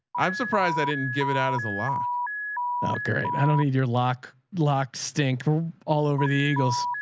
i'm surprised i didn't give it out as a lock. oh great. i don't need your lock lock stink all over the eagles.